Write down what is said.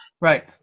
Right